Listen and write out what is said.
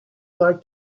like